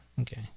Okay